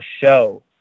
show